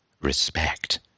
respect